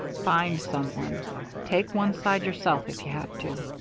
find some one take one side yourself, if you have to.